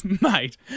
Mate